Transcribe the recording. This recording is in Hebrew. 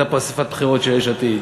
הייתה פה אספת בחירות של יש עתיד.